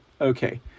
Okay